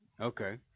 Okay